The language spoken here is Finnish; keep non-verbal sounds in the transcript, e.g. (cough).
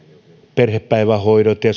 perhepäivähoidot ja (unintelligible)